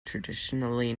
traditionally